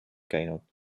käinud